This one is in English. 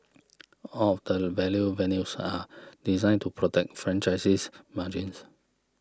all of the value menus are designed to protect franchisees margins